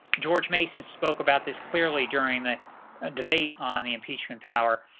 george mason spoke about this clearly during the debate on the impeachment power.